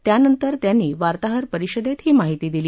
त्यानंतर त्यांनी वार्ताहर परिषदेत याची माहिती दिली